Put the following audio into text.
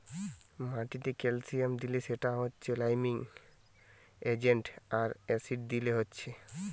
মাটিতে ক্যালসিয়াম দিলে সেটা হচ্ছে লাইমিং এজেন্ট আর অ্যাসিড দিলে হচ্ছে